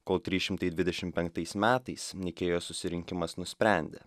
kol trys šimtai dvidešimt penktais metais nikėjos susirinkimas nusprendė